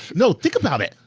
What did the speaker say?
no, think about it.